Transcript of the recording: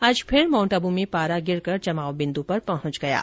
आज फिर माउन्ट आबू में पारा गिरकर जमाव बिन्दु पर पहुंच गया है